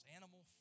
animal